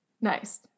Nice